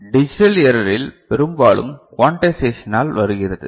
digital எரரில் பெரும்பாலும் க்வோண்டைசேஷனினால் வருகிறது